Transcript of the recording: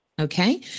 Okay